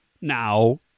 now